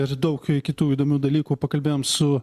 ir daug kitų įdomių dalykų pakalbėjom su